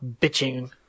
bitching